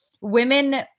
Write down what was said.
women